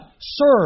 Serve